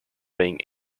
being